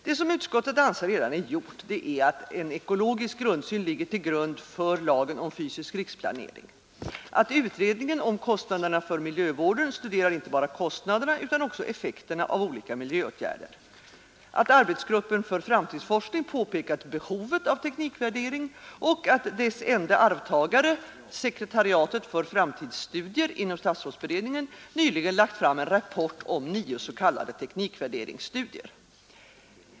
Det som utskottet anser redan är gjort är att en ekologisk grundsyn ligger till grund för lagen om fysisk riksplanering, att utredningen om kostnaderna för miljövården studerar inte bara kostnaderna utan också effekterna av olika miljöåtgärder, att arbetsgruppen för framtidsforskning påpekat behovet av teknikvärdering och att dess ende arvtagare — sekretariatet för framtidsstudier inom statsrådsberedningen — nyligen lagt fram en rapport om nio s.k. teknikvärderingsstudier.